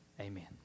Amen